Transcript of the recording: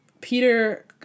Peter